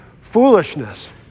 foolishness